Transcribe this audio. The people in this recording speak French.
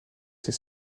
avec